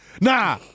nah